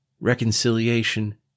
reconciliation